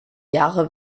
jahre